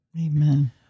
Amen